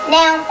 now